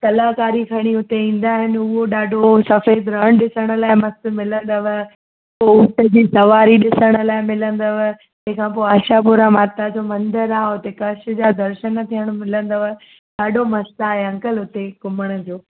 कलाकारी खणी हुते ईंदा आहिनि उहो ॾाढो सफेद रण ॾिसण लाइ मस्तु मिलंदव पोइ हुते जी सवारी ॾिसण लाइ मिलंदव तंहिंखां पोइ आशापुरा माता जो मंदर आहे हुते कच्छ जा दर्शन थियण मिलंदव ॾाढो मस्तु आहे अंकल हुते घुमण जो